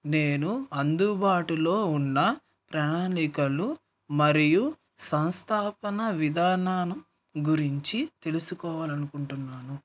నేను అందుబాటులో ఉన్న ప్రణాళికలు మరియు సంస్థాపన విధానాల గురించి తెలుసుకోవాలి అనుకుంటున్నాను